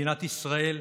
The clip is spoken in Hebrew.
מדינת ישראל,